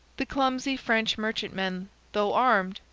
the clumsy french merchantmen, though armed,